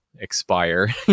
expire